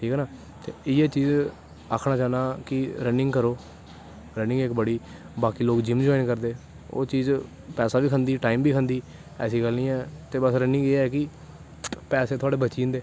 ठीक ऐ ना ते इयै चीज़ आक्खनां चाह्नां कि रनिंग करो रनिंग इक बड़ी बाकी लोग जिन्न जवाईन करदे ओह् चीज पैसा बी खंदी टाईम बी खंदी ऐसी गल्ल नी ऐ ते रनिंग एह् ऐ कि पैसे थोआड़े बची जंदे